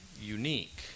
unique